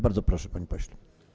Bardzo proszę, panie pośle.